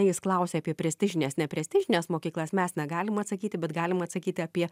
jis klausia apie prestižines neprestižines mokyklas mes negalim atsakyti bet galim atsakyti apie